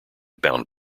bound